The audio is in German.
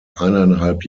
eineinhalb